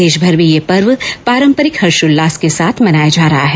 देशभर में यह पर्व पारम्परिक हर्षोल्लास के साथ मनाया जा रहा है